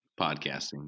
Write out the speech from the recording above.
podcasting